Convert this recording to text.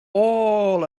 all